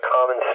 common